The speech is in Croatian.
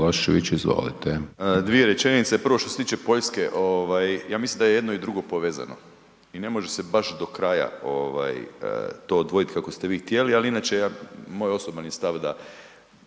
Dvije rečenice, prvo što se tiče Poljske, ovaj ja mislim da je i jedno i drugo povezano i ne može se baš do kraja ovaj to odvojit kako ste vi htjeli, ali inače ja, moj osoban je stav da